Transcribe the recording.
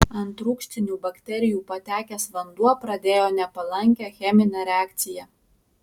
ant rūgštinių baterijų patekęs vanduo pradėjo nepalankę cheminę reakciją